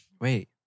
Wait